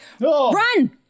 run